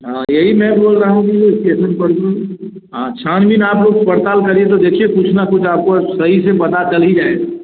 हाँ यही मैं बोल रहा हूँ कि स्टेशन पर ही हाँ अच्छा आदमी था आप लोग पड़ताल करिए तो देखिए कुछ ना कुछ आपको सही से पता चल ही जाएगा